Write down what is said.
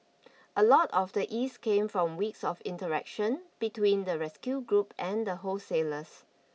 a lot of the ease came from weeks of interaction between the rescue group and the wholesalers